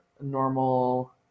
normal